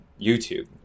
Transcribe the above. YouTube